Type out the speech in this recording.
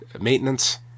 maintenance